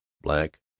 black